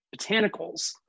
botanicals